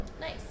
Nice